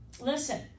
listen